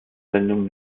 sendung